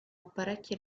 apparecchi